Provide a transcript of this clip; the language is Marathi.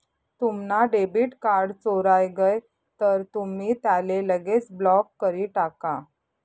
तुम्हना डेबिट कार्ड चोराय गय तर तुमी त्याले लगेच ब्लॉक करी टाका